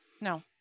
no